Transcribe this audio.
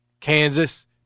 Kansas